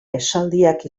esaldiak